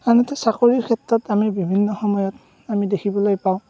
আনহাতে চাকৰিৰ ক্ষেত্ৰত আমি বিভিন্ন সময়ত আমি দেখিবলৈ পাওঁ